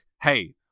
hey